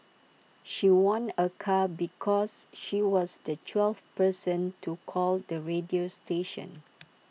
she won A car because she was the twelfth person to call the radio station